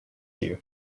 you